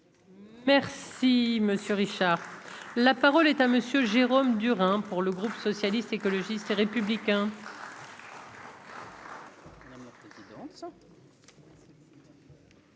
Merci, Monsieur Richard, la parole est à monsieur Jérôme Durain pour le groupe socialiste, écologiste et républicain.